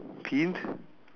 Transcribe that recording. pin